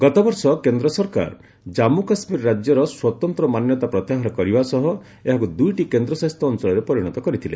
ଗତବର୍ଷ କେନ୍ଦ୍ର ସରକାର ଜାନ୍ମୁ କାଶ୍ମୀର ରାଜ୍ୟର ସ୍ୱତନ୍ତ୍ର ମାନ୍ୟତା ପ୍ରତ୍ୟାହାର କରିବା ସହ ଏହାକୁ ଦୁଇଟି କେନ୍ଦ୍ର ଶାସିତ ଅଞ୍ଚଳରେ ପରିଣତ କରିଥିଲେ